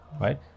right